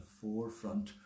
forefront